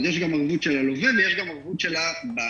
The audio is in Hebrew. יש גם ערבות של הלווה ויש גם ערבות של הבנק.